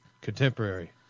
Contemporary